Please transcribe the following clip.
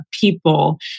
people